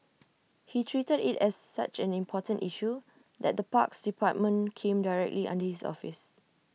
he treated IT as such an important issue that the parks department came directly under his office